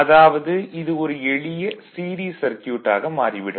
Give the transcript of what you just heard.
அதாவது இது ஒரு எளிய சீரிஸ் சர்க்யூட் ஆக மாறிவிடும்